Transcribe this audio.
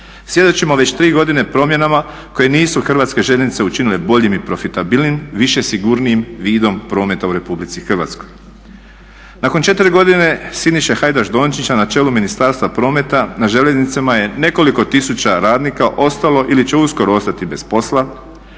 Svjedočimo već tri godine promjenama koje nisu hrvatske željeznice učinile boljim i profitabilnijim, više sigurnijim vidom prometa u Republici Hrvatskoj. Nakon 4 godine Siniša Hajdaš Dončića na čelu Ministarstva prometa na željeznicama je nekoliko tisuća radnika ostalo ili će uskoro ostati bez posla.